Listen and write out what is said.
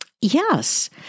Yes